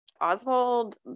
Oswald